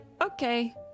Okay